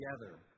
together